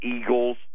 Eagles